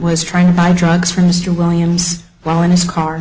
was trying to buy drugs from mr williams while in his car